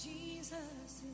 Jesus